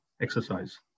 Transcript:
exercise